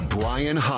Brian